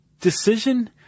decision